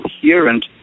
coherent